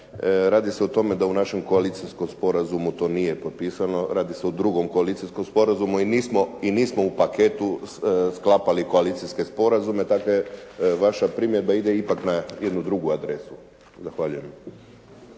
Radi se o tome da u našem Koalicijskom sporazumu to nije potpisano. Radi se o drugom Koalicijskom sporazumu i nismo u paketu sklapali koalicijske sporazume. Dakle, vaša primjedba ide ipak na jednu drugu adresu. Zahvaljujem.